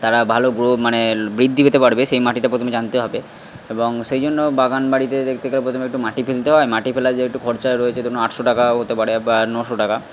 তারা ভালো গ্রো মানে লো বৃদ্ধি পেতে পারবে সেই মাটিটা প্রথমে জানতে হবে এবং সেই জন্য বাগান বাড়িতে দেখতে গেলে প্রথমে একটু মাটি ফেলতে হয় মাটি ফেলা যে একটু খরচা রয়েছে ধরুন আটশো টাকাও হতে পারে বা নশো টাকা